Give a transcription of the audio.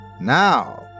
Now